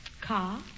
Car